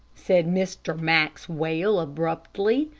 said mr. maxwell, abruptly,